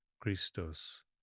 Christos